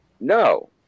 No